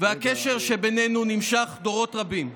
והקשר שבינינו נמשך דורות רבים.